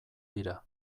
dira